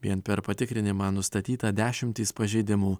vien per patikrinimą nustatyta dešimtys pažeidimų